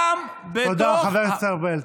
תודה, חבר הכנסת ארבל.